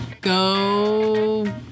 go